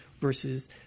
versus